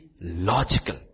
logical